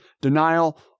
Denial